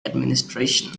administration